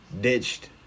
ditched